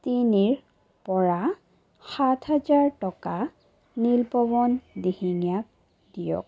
তিনিৰ পৰা সাত হাজাৰ টকা নীলপৱন দিহিঙীয়াক দিয়ক